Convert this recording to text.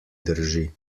drži